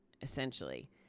essentially